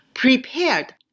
Prepared